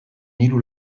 hiru